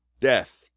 Death